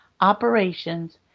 operations